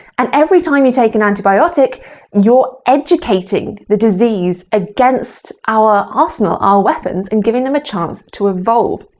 and every time you take an antibiotic you're educating the disease against our arsenal, our weapons, and giving them a chance to evolve.